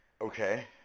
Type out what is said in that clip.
Okay